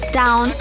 down